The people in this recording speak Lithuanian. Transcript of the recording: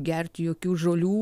gerti jokių žolių